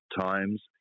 times